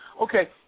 okay